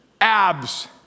abs